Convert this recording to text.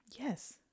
Yes